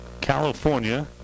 California